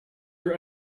your